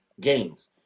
games